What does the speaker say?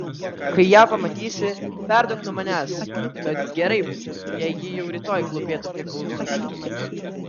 kai ją pamatysi perduok nuo manęs kad gerai būtų jei ji jau rytoj klūpėtų prie klausyklos